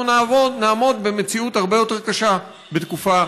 אנחנו נעמוד במציאות הרבה יותר קשה תקופה